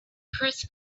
chris